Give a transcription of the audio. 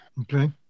Okay